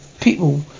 people